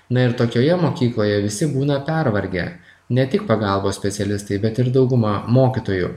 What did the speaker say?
na ir tokioje mokykloje visi būna pervargę ne tik pagalbos specialistai bet ir dauguma mokytojų